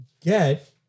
get